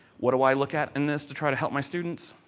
what do i look at in this to try to help my students